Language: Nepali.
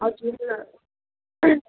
हजुर ल